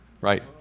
Right